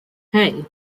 hey